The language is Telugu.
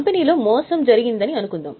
కంపెనీలో మోసం జరిగిందని అనుకుందాం